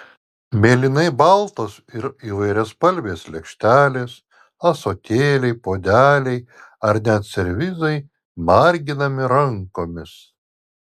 mėlynai baltos ir įvairiaspalvės lėkštelės ąsotėliai puodeliai ar net servizai marginami rankomis